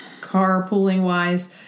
carpooling-wise